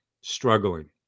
struggling